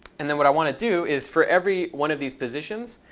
and then what i want to do is, for every one of these positions,